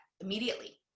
immediately